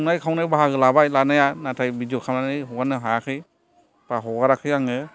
संनाय खावनायाव बाहागो लाबाय लानाया नाथाय भिडिअ' खालामनानै हगारनो हायाखै बा हगाराखै आङो